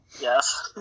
Yes